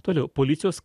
toliau policijos